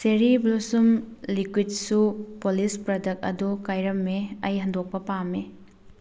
cherry Blossom liquid shoe polish product ꯑꯗꯨ ꯀꯥꯏꯔꯝꯃꯦ ꯑꯩ ꯍꯟꯗꯣꯛꯄ ꯄꯥꯝꯃꯤ